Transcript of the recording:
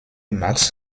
max